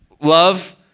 love